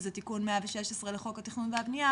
שזה תיקון 116 לחוק התכנון והבנייה,